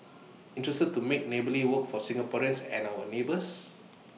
interested to make neighbourly work for Singaporeans and our neighbours